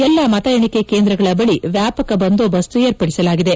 ಎಲ್ಲಾ ಮತ ಏಣಿಕೆ ಕೇಂದ್ರಗಳ ಬಳಿ ವ್ಯಾಪಕ ಬಂದೂಬಸ್ತ್ ಏರ್ಪಡಿಸಲಾಗಿದೆ